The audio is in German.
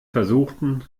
versuchten